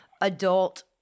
adult